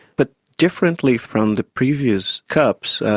but differently from the previous cups,